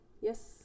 Yes